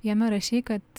jame rašei kad